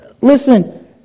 Listen